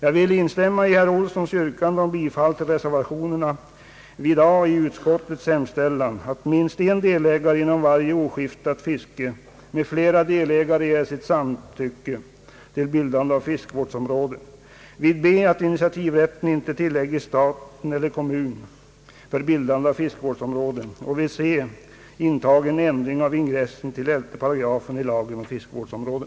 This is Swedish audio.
Jag vill instämma i herr Ohlssons yrkande om bifall till reservationerna, vid A i utskottets hemställan att minst en delägare inom varje oskiftat fiske med flera delägare ger sitt samtycke till bildande av fiskevårdsområde, vid B att initiativrätt icke tillägges staten eller kommun för bildande av fiskevårdsområde och vid C intagen ändring av ingressen till 11 § i lagen om fiskevårdsområde.